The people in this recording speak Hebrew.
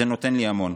זה נותן לי המון.